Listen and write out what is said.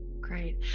Great